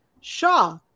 shaw